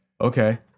okay